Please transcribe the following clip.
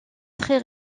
très